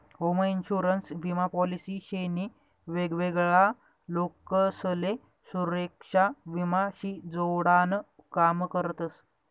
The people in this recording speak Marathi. होम इन्शुरन्स विमा पॉलिसी शे नी वेगवेगळा लोकसले सुरेक्षा विमा शी जोडान काम करतस